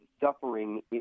suffering